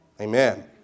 Amen